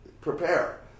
prepare